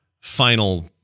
final